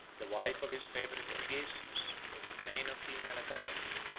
the wife of his favorite onegesius, with a train of female attendants,